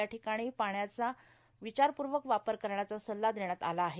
या ठिकाणी पाण्याचा विचारपूर्वक वापर करण्याचा सल्ला देण्यात आला आहे